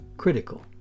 critical